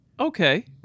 okay